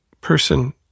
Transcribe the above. person